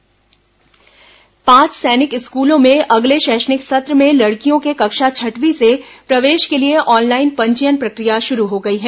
सैनिक स्कूल पंजीकरण पांच सैनिक स्कूलों में अगले शैक्षणिक सत्र में लड़कियों के कक्षा छठवीं से प्रवेश के लिए ऑनलाइन पंजीकरण प्रक्रिया शुरू हो गई है